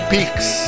Peaks